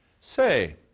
say